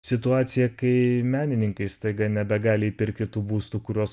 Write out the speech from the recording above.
situaciją kai menininkai staiga nebegali įpirkti tų būstų kuriuos